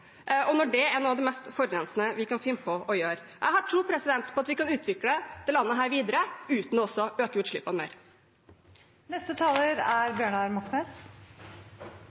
og det er noe av det mest forurensende vi kan finne på å gjøre. Jeg har tro på at vi kan utvikle dette landet videre uten å øke utslippene